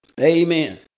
Amen